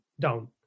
down